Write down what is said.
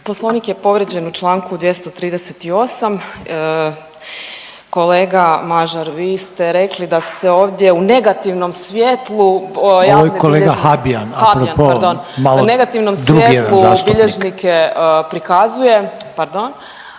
Poslovnik je povrijeđen u Članku 238., kolega Mažar vi ste rekli da se u ovdje u negativnom svjetlu, javne bilježnike…